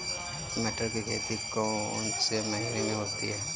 मटर की खेती कौन से महीने में होती है?